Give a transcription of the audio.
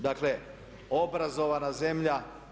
Dakle, obrazovana zemlja.